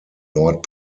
nord